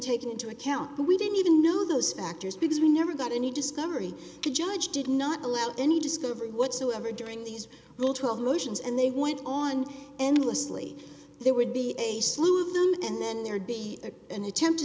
taken into account but we didn't even know those factors because we never got any discovery the judge did not allow any discovery whatsoever during these little motions and they went on endlessly there would be a slew and then there'd be an attempt to